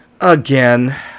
again